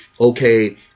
okay